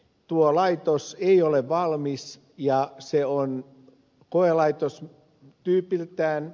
tuo laitos ei ole valmis ja se on koelaitos tyypiltään